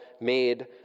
made